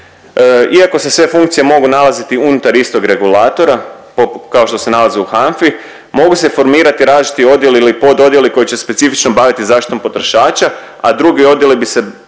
Iako se sve funkcije mogu nalaziti unutar istog regulatora .../nerazumljivo/... kao što se nalaze u HANFA-i, mogu se formirati različiti odjeli ili pododjeli koji će se specifično baviti zaštitom potrošača, a drugi odjeli bi se